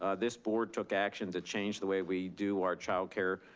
ah this board took action to change the way we do our childcare.